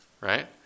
right